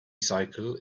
cycle